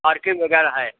parking हो जा रहा है